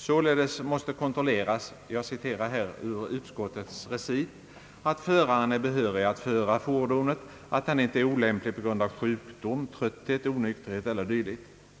»Således måste kontrolleras» — jag citerar ur utskottets recit — »att föraren är behörig att föra fordonet och att han inte är olämplig på grund av sjukdom, trötthet, onykterhet eller dylikt.